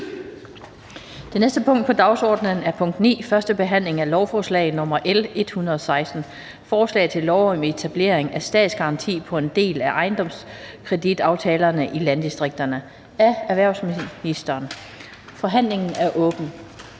Det næste punkt på dagsordenen er: 9) 1. behandling af lovforslag nr. L 116: Forslag til lov om etablering af statsgaranti på en del af ejendomskreditaftalerne i landdistrikterne. Af erhvervsministeren (Simon Kollerup).